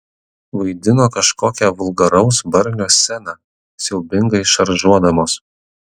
vaidino kažkokią vulgaraus barnio sceną siaubingai šaržuodamos